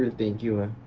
ah thank you. ah